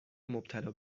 مبتلا